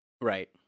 Right